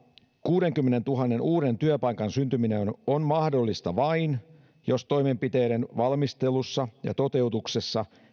kuudenkymmenentuhannen uuden työpaikan syntyminen on on mahdollista vain jos toimenpiteiden valmistelussa ja toteutuksessa